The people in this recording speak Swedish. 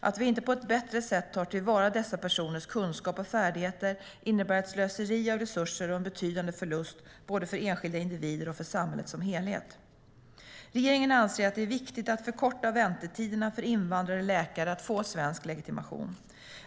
Att vi inte på ett bättre sätt tar till vara dessa personers kunskap och färdigheter innebär ett slöseri av resurser och en betydande förlust både för enskilda individer och för samhället som helhet. Regeringen anser att det är viktigt att förkorta väntetiderna för invandrade läkare att få svensk legitimation.